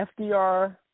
FDR